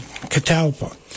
catalpa